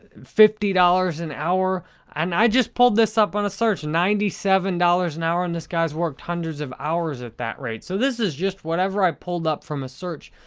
fifty dollars an hour and i just pulled this up on a search. ninety seven dollars an hour and this guy worked hundreds of hours at that rate, so this is just whatever i pulled up from the search.